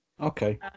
Okay